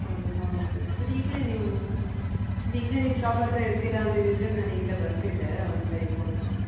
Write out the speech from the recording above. ಹೌದು ಹೌದು sir sir ಈಗಲೇ ನೀವು ಸರ್ ಈಗಲೇ ನೀವು ಶಾಪ್ ಹತ್ತಿರ ಇರ್ತೀರಾ ಅಂದಿದ್ದಿದ್ರೆ ನಾನು ಈಗಲೇ ಬರ್ತಿದ್ದೆ ಒಂದು ಸಾರಿ ಫೋನ್ ಎತ್ತಿಕೊಂಡು